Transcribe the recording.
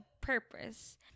purpose